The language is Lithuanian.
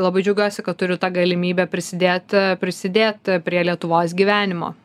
labai džiaugiuosi kad turiu tą galimybę prisidėt prisidėt prie lietuvos gyvenimo